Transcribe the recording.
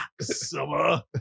Summer